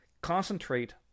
Concentrate